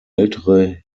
ältere